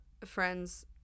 friends